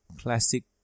classic